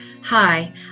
Hi